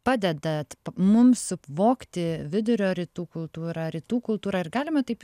padedat mums suvokti vidurio rytų kultūrą rytų kultūrą ar galima taip